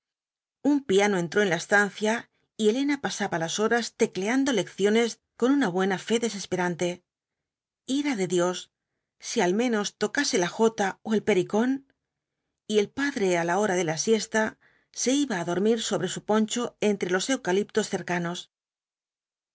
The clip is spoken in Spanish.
un piano entró en la estancia y elena pasaba las horas tecleando leeciones con una buena fe desesperante ira de dios si al menos tocase la jota ó el pericón y el padre á la hora de la siesta se iba á dormir sobre su poncho entre los eucaliptus cercanos